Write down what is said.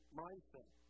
mindset